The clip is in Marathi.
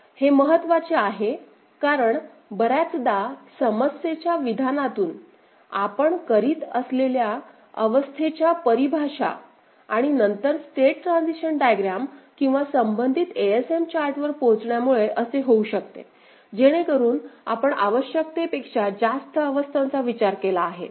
हे महत्त्वाचे आहे कारण बर्याचदा समस्येच्या विधानातून आपण करीत असलेल्या अवस्थेच्या परिभाषा आणि नंतर स्टेट ट्रान्झिशन डायग्रॅम किंवा संबंधित एएसएम चार्टवर पोचण्यामुळे असे होऊ शकते जेणेकरुन आपण आवश्यकतेपेक्षा जास्त अवस्थांचा विचार केला आहे